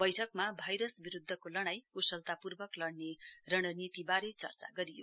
बैठकमा भाइरसविरूद्वको लड़ाई कुशलतापर्वक लड़ने रणनीतिवारे चर्चा गरियो